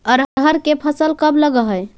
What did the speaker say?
अरहर के फसल कब लग है?